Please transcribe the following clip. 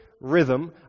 rhythm